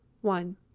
one